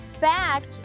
fact